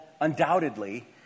undoubtedly